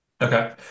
Okay